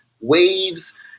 Waves